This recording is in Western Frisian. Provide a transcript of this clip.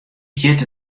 giet